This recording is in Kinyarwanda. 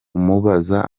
umubaza